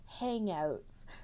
hangouts